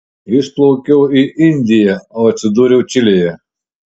išplaukiau į indiją o atsidūriau čilėje